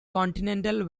continental